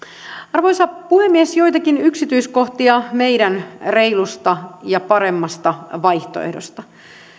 arvoisa puhemies joitakin yksityiskohtia meidän reilusta ja paremmasta vaihtoehdostamme